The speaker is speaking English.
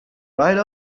ride